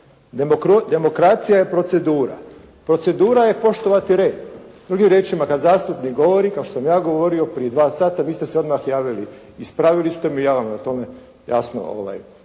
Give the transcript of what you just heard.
Demokracija je procedura, procedura je poštovati red. Drugim riječ, kad zastupnik govorio kao što sam ja govorio prije dva sata, vi ste se odmah javili, ispravili ste i ja vam na tome jasno